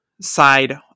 side